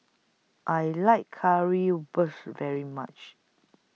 I like Currywurst very much